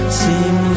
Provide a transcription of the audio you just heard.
seem